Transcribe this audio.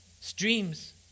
streams